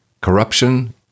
corruption